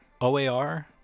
oar